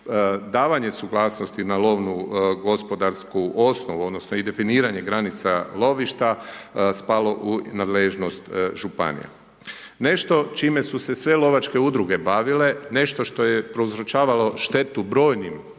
davanje suglasnost na lovnu gospodarsku osnovu odnosno i definiranje granica lovišta, spalo u nadležnost županije. Nešto čime su se sve lovačke udruge bavile, nešto što je prouzročavalo štetu brojnim